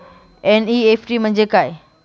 NEFT म्हणजे काय?